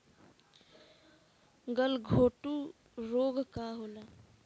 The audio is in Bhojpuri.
गलघोटू रोग का होला?